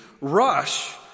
rush